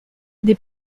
des